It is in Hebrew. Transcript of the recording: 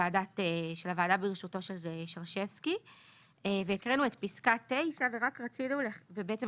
הוועדה בראשותו של שרשבסקי והקראנו את פסקה (9) ואמרנו